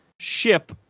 ship